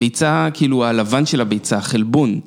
ביצה כאילו הלבן של הביצה חלבון